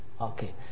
Okay